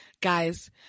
Guys